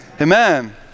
Amen